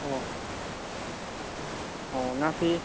ꯑꯣ ꯑꯣ ꯉꯥꯁꯤ